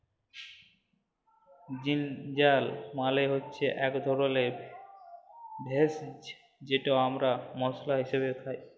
ginger মালে হচ্যে ইক ধরলের ভেষজ যেট আমরা মশলা হিসাবে খাই